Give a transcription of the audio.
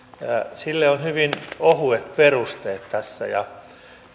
sille on hyvin ohuet perusteet tässä